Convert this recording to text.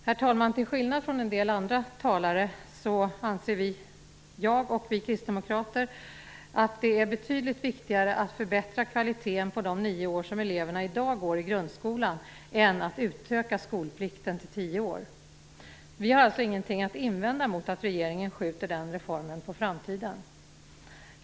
Herr talman! Till skillnad från en del andra talare anser jag, och kristdemokraterna, att det är betydligt viktigare att förbättra kvaliteten på de nio år som eleverna i dag går i grundskolan än att utöka skolplikten till tio år. Vi har alltså ingenting att invända mot att regeringen skjuter den reformen på framtiden.